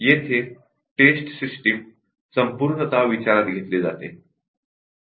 येथे test system संपूर्णतः विचारात घेतली जाते